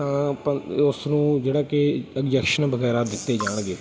ਤਾਂ ਆਪਾਂ ਉਸ ਨੂੰ ਜਿਹੜਾ ਕਿ ਇੰਗਜੈਕਸ਼ਨ ਵਗੈਰਾ ਦਿੱਤੇ ਜਾਣਗੇ